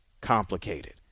complicated